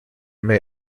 may